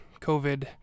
COVID